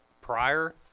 prior